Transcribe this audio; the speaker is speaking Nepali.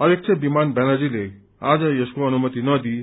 अध्यक्ष विमान व्यानर्जीले आज यसको अनुमति नदिई